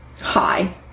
Hi